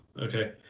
Okay